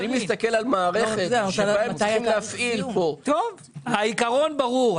כשאני מסתכל על מערכת שבה הם צריכים להפעיל פה --- העיקרון ברור,